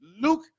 Luke